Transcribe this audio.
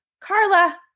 Carla